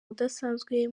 udasanzwe